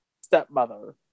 stepmother